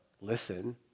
listen